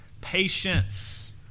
patience